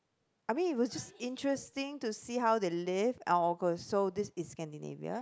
I mean it was just interesting to see how they live this is Scandinavia